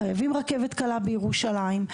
חייבים רכבת קלה בירושלים,